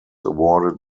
awarded